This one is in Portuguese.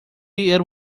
era